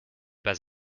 pas